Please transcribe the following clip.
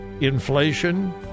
inflation